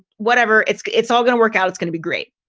whatever it's it's all going to work out, it's going to be great.